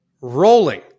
Rolling